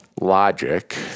logic